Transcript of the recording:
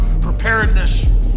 preparedness